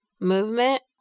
movement